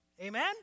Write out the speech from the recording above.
Amen